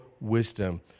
wisdom